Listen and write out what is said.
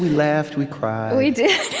laughed, we cried we did.